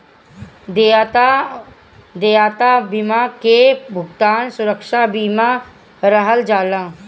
देयता बीमा के भुगतान सुरक्षा बीमा कहल जाला